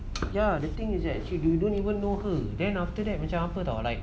ya the thing is that she do~ she don't even know her then after that macam apa tahu like